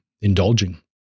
indulging